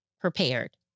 prepared